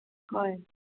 ꯍꯣꯏ